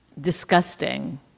disgusting